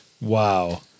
Wow